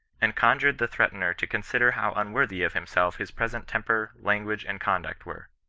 and conjured the threatener to consider how unworthy of himself his present temper, language, and conduct were.